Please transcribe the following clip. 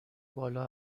بالا